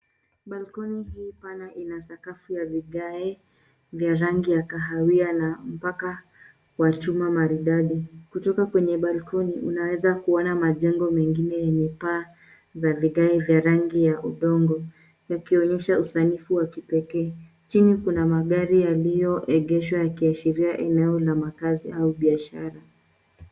Balcony hii pana ina sakafu ya vigae vya rangi ya kahawia na mpaka wa chuma maridadi. Kutoka kwenye balcony unaweza kuona majengo mengine yenye paa ya vigae vya rangi ya udongo, yakionyesha usanifu wa kipekee. Chini kuna magari yaliyoegeshwa yakiashiria eneo la makazi au biashara.